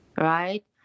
Right